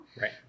Right